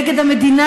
נגד המדינה,